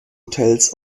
hotels